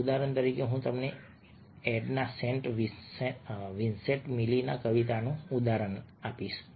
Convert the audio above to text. ઉદાહરણ તરીકે અહીં હું એડના સેન્ટ વિન્સેન્ટ મિલીની કવિતાનું ઉદાહરણ લઉં છું